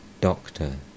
Doctor